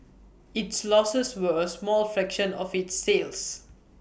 its losses were A small fraction of its sales